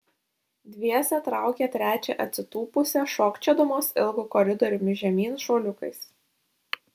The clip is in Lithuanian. dviese traukė trečią atsitūpusią šokčiodamos ilgu koridoriumi žemyn šuoliukais